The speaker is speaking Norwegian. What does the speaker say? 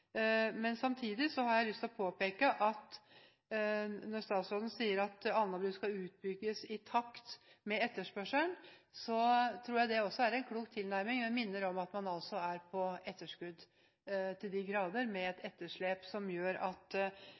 men jeg minner om at man altså er til de grader på etterskudd, med et etterslep som gjør at